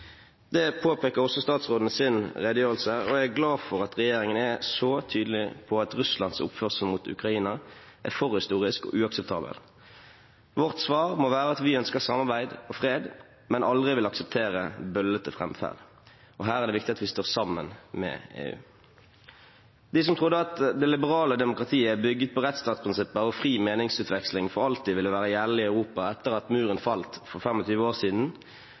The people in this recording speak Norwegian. Det påpeker også statsråden i sin redegjørelse, og jeg er glad for at regjeringen er så tydelig på at Russlands oppførsel mot Ukraina er forhistorisk og uakseptabel. Vårt svar må være at vi ønsker samarbeid og fred, men aldri vil akseptere bøllete framferd. Her er det viktig at vi står sammen med EU. De som trodde at det liberale demokratiet, bygget på rettsstatsprinsipper og fri meningsutveksling, for alltid ville være gjeldende i Europa etter at Muren falt for 25 år siden,